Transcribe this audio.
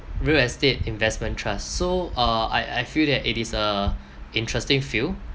real estate investment trust so uh I I feel that it is a interesting field